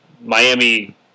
Miami